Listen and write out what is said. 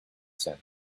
sand